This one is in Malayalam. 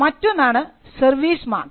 മറ്റൊന്നാണ് സർവീസ് മാർക്സ്